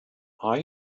are